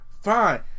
Fine